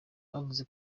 bavuze